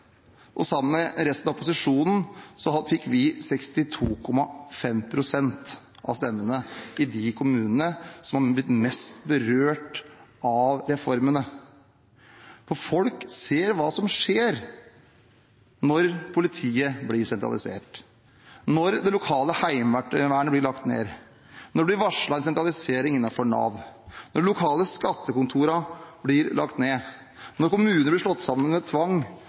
og sammen med resten av opposisjonen fikk vi 62,5 pst. av stemmene i de kommunene som har blitt mest berørt av reformene. Folk ser hva som skjer når politiet blir sentralisert, når det lokale heimevernet blir lagt ned, når det blir varslet en sentralisering innenfor Nav, når de lokale skattekontorene blir lagt ned, når kommuner blir slått sammen ved tvang,